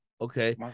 Okay